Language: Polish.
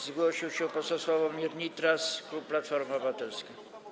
Zgłosił się poseł Sławomir Nitras, klub Platforma Obywatelska.